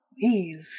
please